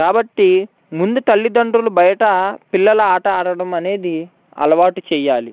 కాబట్టి ముందు తల్లిదండ్రులు బయట పిల్లల ఆట ఆడడం అనేది అలవాటు చేయాలి